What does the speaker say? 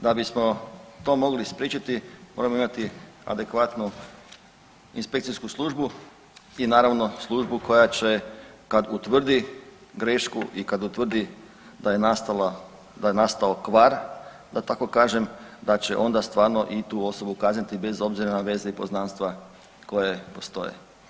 Da bismo to mogli spriječiti moramo imati adekvatnu inspekcijsku službu i naravno službu koja će kad utvrdi grešku i kad utvrdi da je nastala, da je nastao kvar da tako kažem da će onda stvarno i tu osobu kazniti bez obzira na veze i poznanstva koje postoje.